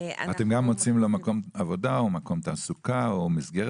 אתם גם מוצאים לו מקום עבודה או מקום תעסוקה או מסגרת תעסוקתית?